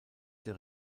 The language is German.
der